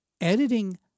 editing